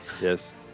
Yes